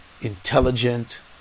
intelligent